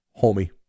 homie